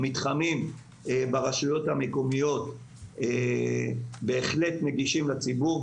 המתחמים ברשויות המקומיות נגישים לציבור,